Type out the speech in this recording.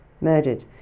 murdered